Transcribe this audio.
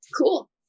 Cool